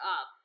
up